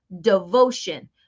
devotion